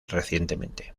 recientemente